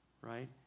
Right